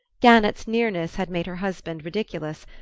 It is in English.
gannett's nearness had made her husband ridiculous,